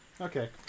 Okay